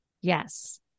Yes